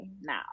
now